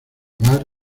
bar